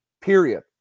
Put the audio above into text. Period